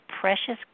precious